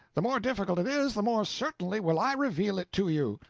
the more difficult it is, the more certainly will i reveal it to you.